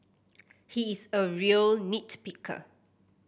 he is a real nit picker